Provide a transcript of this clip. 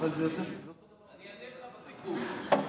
אני אענה לך בסיכום.